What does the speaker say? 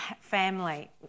family